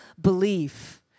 belief